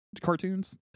cartoons